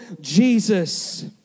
Jesus